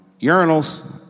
urinals